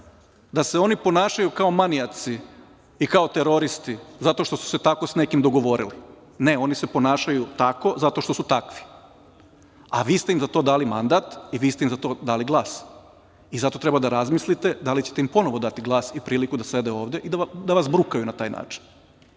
da se oni ponašaju kao manijaci i kao teroristi zato što su se tako sa nekim dogovorili. Ne, oni se ponašaju tako zato što su takvi, a vi ste im za to dali mandat i vi ste im za to dali glas i zato treba da razmislite da li ćete im ponovo dati glas i priliku da sede ovde i da vas brukaju na taj način.